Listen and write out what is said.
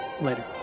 Later